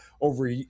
over